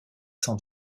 s’en